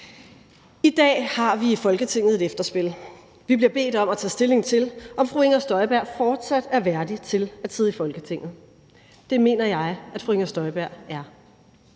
I dag har vi i Folketinget et efterspil. Vi bliver bedt om at tage stilling til, om fru Inger Støjberg fortsat er værdig til at sidde i Folketinget. Det mener jeg at fru Inger Støjberg er.